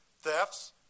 thefts